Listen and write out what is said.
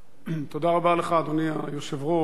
אדוני היושב-ראש,